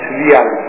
real